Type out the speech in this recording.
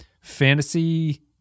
fantasy